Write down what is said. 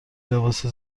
لباس